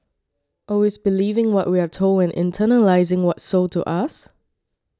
always believing what we are told and internalising what's sold to us